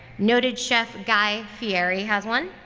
noted chef guy fieri has one.